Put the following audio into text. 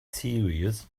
series